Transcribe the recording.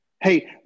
hey